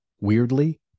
weirdly